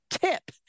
tip